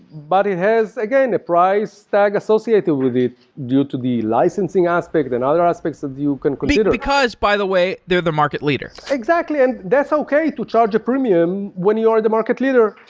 but it has, again, a price tag associated with it due to the licensing aspect than other aspects that you can consider. because, by the way, they're the market leader. exactly. and that's okay to charge a premium when you're the market leader,